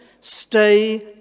stay